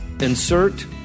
Insert